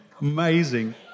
Amazing